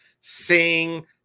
sing